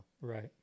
Right